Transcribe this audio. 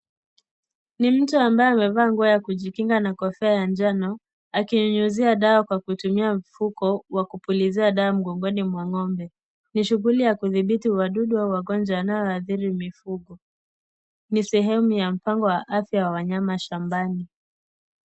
Ni mtu ambaye amevaa nguo ya kujikinga na kofia ya njano, akinyunyizia dawa kwa kutumia mfuko wa kupulizia dawa mgongoni mwa ng'ombe. Ni shughuli ya kuwadhibiti wadudu au magonjwa yanayoashiria mifugo. Ni sehemu ya mpango wa afya ya wanyama shambani.